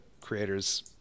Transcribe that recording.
creators